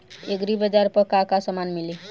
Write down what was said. एग्रीबाजार पर का का समान मिली?